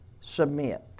Submit